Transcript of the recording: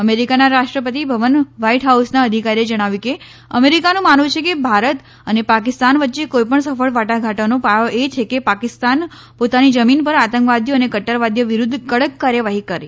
અમેરીકાના રાષ્ટ્રપતિ ભવન વ્હાઇટ હાઉસના અધિકારીએ જણાવ્યું કે અમેરીકાનું માનવુ છે કે ભારત અને પાકિસ્તાન વચ્ચે કોઇપણ સફળ વાટાઘાટનો પાયો એ છે કે પાકિસ્તાન પોતાની જમીન પર આતંકવાદીઓ અને કટરવાદીઓ વિરુધ્ધ કડક કાર્યવાહી કરે